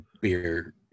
beer